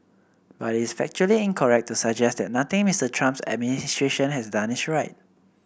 but it is factually incorrect to suggest that nothing Mister Trump's administration has done is right